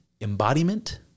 embodiment